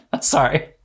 Sorry